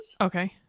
Okay